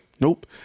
Nope